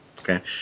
Okay